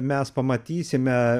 mes pamatysime